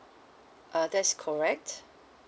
uh that's correct